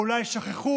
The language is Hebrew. או אולי שכחו,